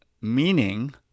meaning